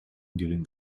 during